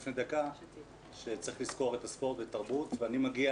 לפני דקה שצריך לזכור את הספורט והתרבות ואני מגיע